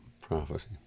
prophecy